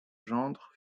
gendre